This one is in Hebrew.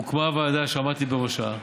הוקמה ועדה שעמדתי בראשה,